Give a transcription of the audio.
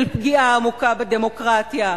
של פגיעה עמוקה בדמוקרטיה.